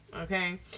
okay